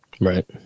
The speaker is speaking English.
Right